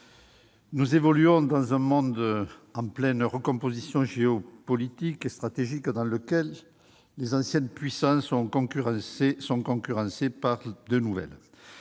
nous évoluons dans un monde en pleine recomposition géopolitique et stratégique, dans lequel les anciennes puissances sont concurrencées par de nouvelles,